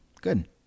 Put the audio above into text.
Good